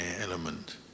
element